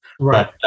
Right